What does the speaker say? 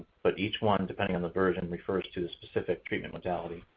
but each one, depending on the version, refers to the specific treatment modality.